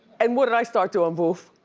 and what did i start doin', boof?